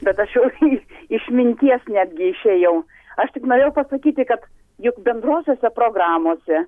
bet aš jau iš minties netgi išėjau aš tik norėjau pasakyti kad juk bendrosiose programose